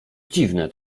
dziwne